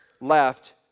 left